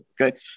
okay